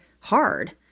hard